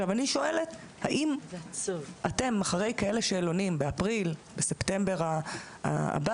אני שואלת האם אתם אחרי כאלה שאלונים בספטמבר הבא?